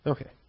Okay